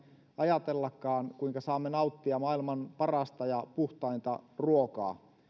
ajatellakaan koska saamme nauttia maailman parasta ja puhtainta ruokaa